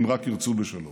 אם רק ירצו בשלום.